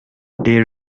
they